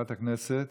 חברת הכנסת